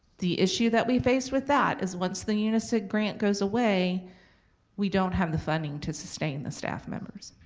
the issue that we faced with that is once the unisig grant goes away we don't have the funding to sustain the staff members.